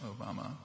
Obama